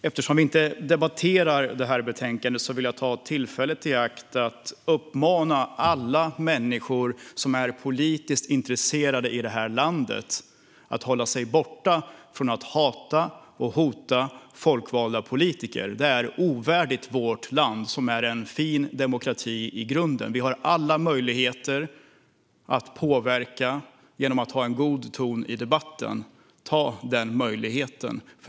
Eftersom vi inte debatterar detta betänkande vill jag ta tillfället i akt att uppmana alla människor i det här landet som är politiskt intresserade att hålla sig borta från att hata och hota folkvalda politiker. Det är ovärdigt vårt land, som är en fin demokrati i grunden. Vi har alla möjligheter att påverka genom att ha en god ton i debatten. Ta den möjligheten!